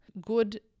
Good